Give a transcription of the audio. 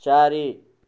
ଚାରି